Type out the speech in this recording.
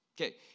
Okay